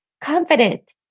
confident